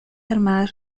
armadas